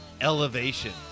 Elevation